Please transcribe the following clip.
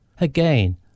Again